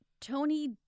Tony